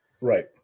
Right